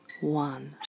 One